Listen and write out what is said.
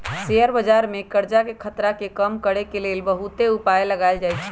share बजार में करजाके खतरा के कम करए के लेल बहुते उपाय लगाएल जाएछइ